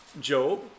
Job